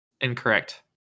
Incorrect